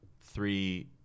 three